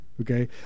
okay